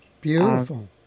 Beautiful